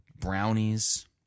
brownies